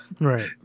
Right